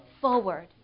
forward